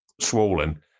swollen